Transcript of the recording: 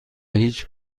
هیچ